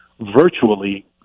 virtually